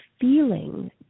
feeling